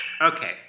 Okay